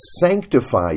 sanctify